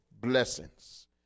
blessings